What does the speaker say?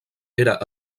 era